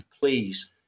Please